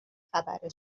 خبر